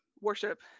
Worship